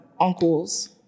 uncles